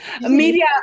media